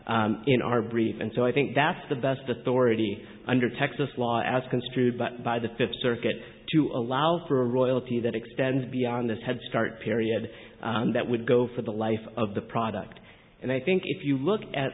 that in our brief and so i think that's the best authority under texas law as construed back by the fifth circuit to allow for a royalty that extends beyond this head start period that would go for the life of the product and i think if you look at